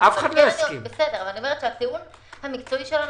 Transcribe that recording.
הטיעון המקצועי שלנו,